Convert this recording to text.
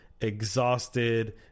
exhausted